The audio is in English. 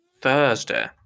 Thursday